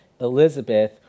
Elizabeth